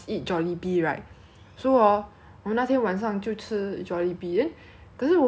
可是我们在哪里排队等的时候 then 我们就在想 eh 为什么我们一直闻到这个怪怪的